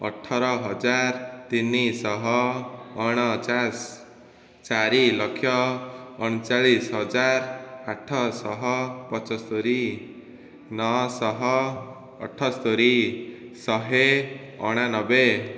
ଅଠରହଜାର ତିନିଶହ ଅଣଚାଶ ଚାରିଲକ୍ଷ ଅଣଚାଳିଶହଜାର ଆଠଶହ ପଞ୍ଚସ୍ତରୀ ନଅଶହ ଅଠସ୍ତରୀ ଶହେ ଅଣାନବେ